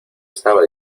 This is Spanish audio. estaba